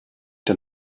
der